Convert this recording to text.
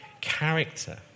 character